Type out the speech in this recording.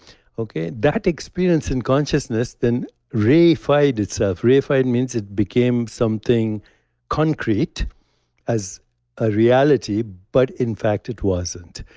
okay? that experience in consciousness then reified itself. reify it means it became something concrete as a reality, but in fact it wasn't.